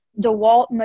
DeWalt